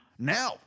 Now